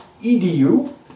edu